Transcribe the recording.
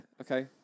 Okay